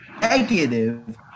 Negative